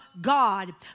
god